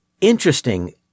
Interesting